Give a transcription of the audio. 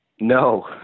No